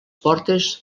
portes